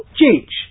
change